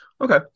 okay